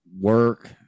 work